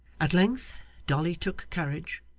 at length dolly took courage,